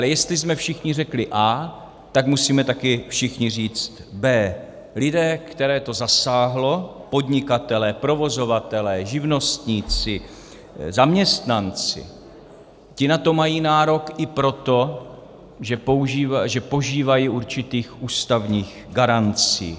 Jestli jsme ale všichni řekli A, tak musíme také všichni říct B. Lidé, které to zasáhlo, podnikatelé, provozovatelé, živnostníci, zaměstnanci, ti na to mají nárok i proto, že požívají určitých ústavních garancí.